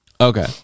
Okay